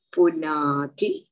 Punati